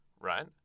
Right